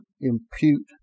impute